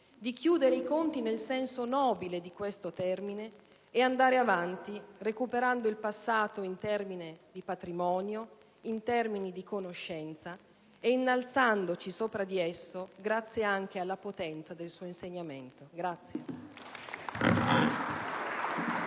di chiudere i conti nel senso nobile di questo termine e di andare avanti, recuperando il passato in termini di patrimonio di conoscenza e innalzandoci sopra di esso grazie anche alla potenza del suo insegnamento. *(Applausi